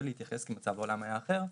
כי אז מצב העולם היה אחר,